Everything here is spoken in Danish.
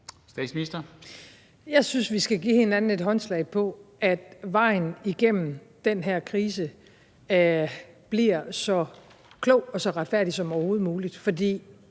Frederiksen): Jeg synes, vi skal give hinanden et håndslag på, at vejen igennem den her krise bliver så klog og så retfærdig som overhovedet muligt.